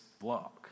block